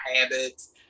habits